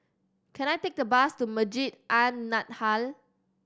can I take a bus to Masjid An Nahdhah